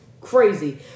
Crazy